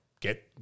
get